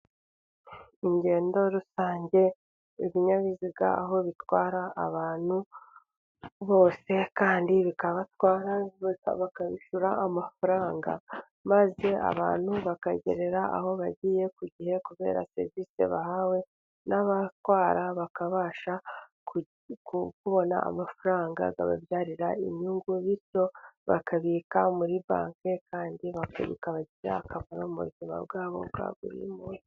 Ingendo rusange, ibinyabiziga aho bitwara abantu bose, kandi bikabatwara bakabishyura amafaranga, maze abantu bakagerera aho bagiye ku gihe kubera serivisi bahawe, n'abatwara bakabasha kubona amafaranga ababyarira inyungu, bityo bakabika muri banki, kandi bikabagirirai akamaro mu buzima bwabo bwa buri munsi.